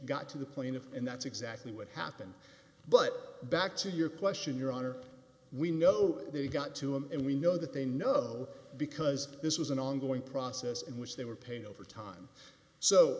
got to the plaintiff and that's exactly what happened but back to your question your honor we know they got to him and we know that they know because this was an ongoing process in which they were paid over time so